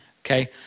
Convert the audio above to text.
Okay